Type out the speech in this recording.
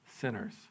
sinners